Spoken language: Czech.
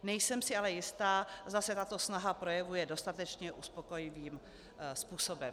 Nejsem si ale jistá, zda se tato snaha projevuje dostatečně uspokojivým způsobem.